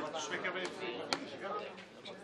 למה צריכים את כל זה?